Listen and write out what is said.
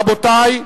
רבותי,